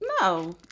no